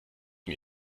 mir